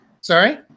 Sorry